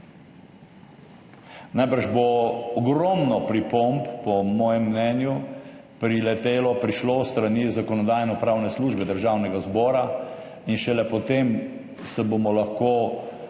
Najbrž bo ogromno pripomb, po mojem mnenju, priletelo, prišlo s strani Zakonodajno-pravne službe Državnega zbora in šele potem se bomo lahko